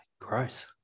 Gross